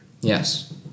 Yes